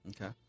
Okay